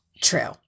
True